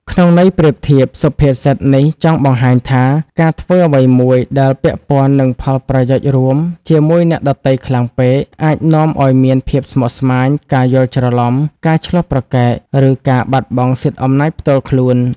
ក្នុងន័យប្រៀបធៀប សុភាសិតនេះចង់បង្ហាញថា ការធ្វើអ្វីមួយដែលពាក់ព័ន្ធនឹងផលប្រយោជន៍រួមជាមួយអ្នកដទៃខ្លាំងពេក អាចនាំឲ្យមានភាពស្មុគស្មាញ ការយល់ច្រឡំ ការឈ្លោះប្រកែក ឬការបាត់បង់សិទ្ធិអំណាចផ្ទាល់ខ្លួន។